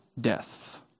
death